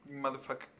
Motherfucker